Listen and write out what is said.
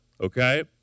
okay